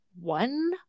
one